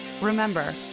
Remember